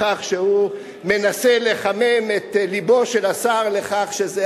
בכך שהוא מנסה לחמם את לבו של השר לכך שזה,